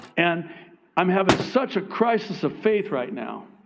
and i'm having such a crisis of faith right now.